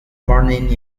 morning